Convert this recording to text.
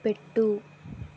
పెట్టు